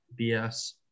bs